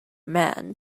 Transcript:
man